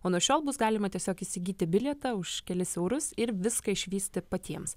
o nuo šiol bus galima tiesiog įsigyti bilietą už kelis eurus ir viską išvysti patiems